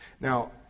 Now